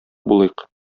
булыйк